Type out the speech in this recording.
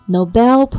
Nobel